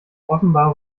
offenbar